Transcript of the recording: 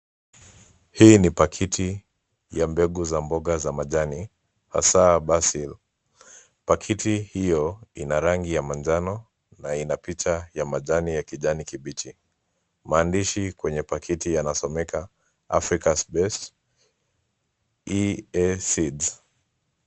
Hii ni pakiti ya mbegu za mboga za majani hasaa basil. Pakiti hiyo ina rangi ya manjano na ina picha ya majani ya kijani kibichi . Maandishi kwenye pakiti inasomeka Africa's base EA seeds .